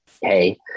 hey